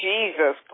Jesus